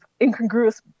incongruous